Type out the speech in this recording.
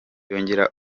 yongera